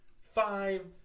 five